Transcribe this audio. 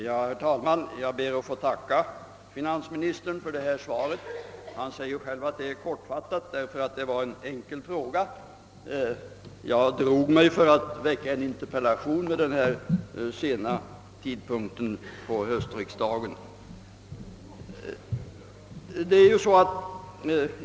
Herr talman! Jag ber att få tacka finansministern för svaret. Han säger själv att det är kortfattat därför att det var en enkel fråga; jag drog mig dock för att ställa en interpellation vid denna sena tidpunkt av höstriksdagen.